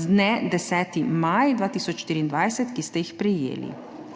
z dne 10. maja 2024, ki ste jih prejeli.